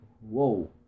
whoa